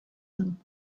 them